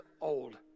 old